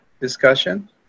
discussion